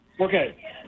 Okay